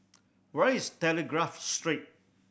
where is Telegraph Street